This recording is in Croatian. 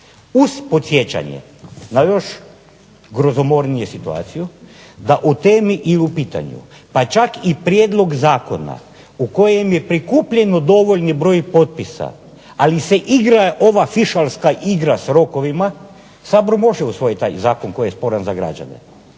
uz podsjećanje na još grozomorniju situaciju, da u temi i u pitanju pa čak i prijedlog zakona u kojem je prikupljeno dovoljni broj potpisa, ali se igra ova fiškalska igra sa rokovima Sabor može usvojiti taj zakon koji je sporan za građane.